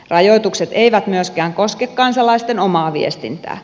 rajoitukset eivät myöskään koske kansalaisten omaa viestintää